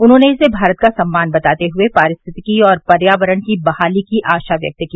उन्होंने इसे भारत का सम्मान बताते हुए पारिस्थितिकी और पर्यावरण की बहाली की आशा व्यक्त की